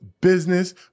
business